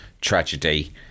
tragedy